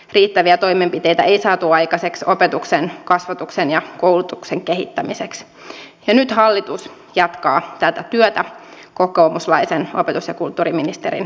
riittäviä toimenpiteitä ei saatu aikaiseksi opetuksen kasvatuksen ja koulutuksen kehittämiseksi ja nyt hallitus jatkaa tätä työtä kokoomuslaisen opetus ja kulttuuriministerin johdolla